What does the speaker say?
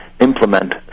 implement